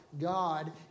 God